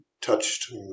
touched